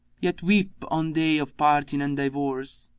yet weep on day of parting and divorce!